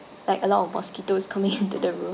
like a lot of mosquitoes coming into the room